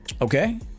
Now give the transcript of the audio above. Okay